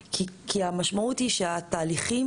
האם אנחנו נותנים את זה עד ה-1 בינואר 2024 או ה-1 באפריל 2024,